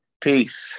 Peace